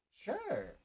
Sure